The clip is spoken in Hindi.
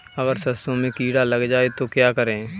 अगर सरसों में कीड़ा लग जाए तो क्या करें?